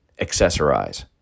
accessorize